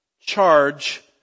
charge